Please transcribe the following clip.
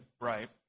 Right